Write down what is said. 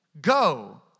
go